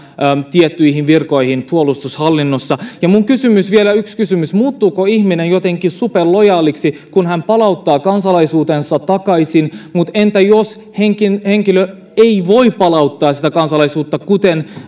tiettyihin virkoihin puolustushallinnossa yksi kysymys vielä muuttuuko ihminen jotenkin superlojaaliksi kun hän palauttaa kansalaisuutensa takaisin mutta entä jos henkilö ei voi palauttaa sitä kansalaisuutta kuten